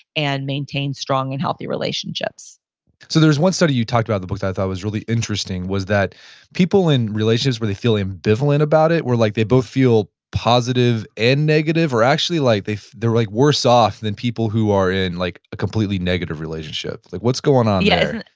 and maintain strong and healthy relationships so there's one study you talked about in the book that i thought was really interesting was that people in relationships where they feel ambivalent about it, where like they both feel positive and negative, or actually like they're like worse off than people who are in like a completely negative relationship, like what's going on yeah